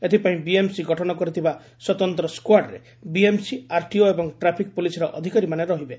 ଏଥିପାଇଁ ବିଏମ୍ସି ଗଠନ କରିଥିବା ସ୍ୱତନ୍ତ ସ୍ୱାର୍ଡ୍ରେ ବିଏମ୍ସି ଆର୍ଟିଓ ଏବଂ ଟ୍ରାଫିକ୍ ପୁଲିସ୍ର ଅଧିକାରୀମାନେ ରହିବେ